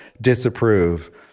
disapprove